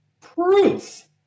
proof